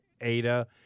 Ada